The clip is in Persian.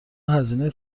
هزینه